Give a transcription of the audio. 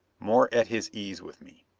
more at his ease with me.